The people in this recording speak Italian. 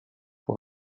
può